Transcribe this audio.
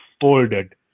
folded